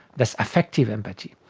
that's effective empathy.